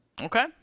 Okay